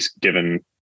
given